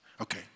Okay